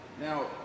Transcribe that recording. Now